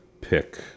pick